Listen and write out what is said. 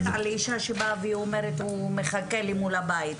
אני לא מדברת על אישה שבאה ואומרת הוא מחכה לי מול הבית.